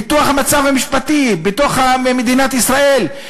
ניתוח המצב המשפטי בתוך מדינת ישראל,